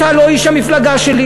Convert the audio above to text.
אתה לא איש המפלגה שלי.